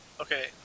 Okay